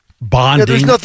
bonding